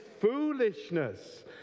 foolishness